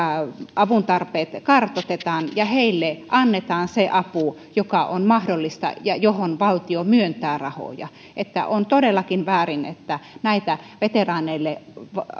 avuntarpeensa kartoitetaan ja heille annetaan se apu joka on mahdollista ja johon valtio myöntää rahoja on todellakin väärin että näitä meidän veteraaneille